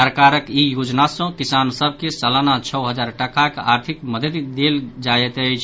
सरकारक ई योजना सँ किसान सभ के सलाना छओ हजार टाकाक आर्थिक मददि देल जायत अछि